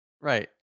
Right